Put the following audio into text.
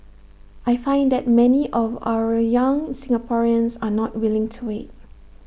I find that many of our young Singaporeans are not willing to wait